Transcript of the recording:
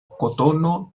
kotono